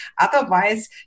otherwise